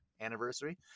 anniversary